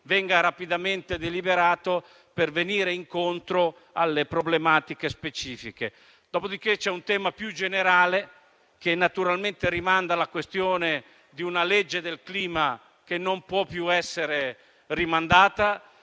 venga rapidamente deliberato per venire incontro alle problematiche specifiche. Dopodiché, c'è un tema più generale, che naturalmente rimanda alla questione di una legge sul clima che non può più essere rinviata.